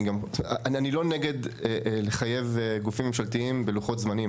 אני לא נגד לחייב גופים ממשלתיים בלוחות זמנים,